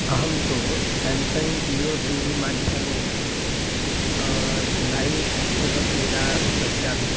अहं तु Samsung Jio T V माध्यमेन लैव् एव क्रीडा पश्यामि